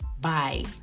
Bye